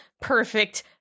perfect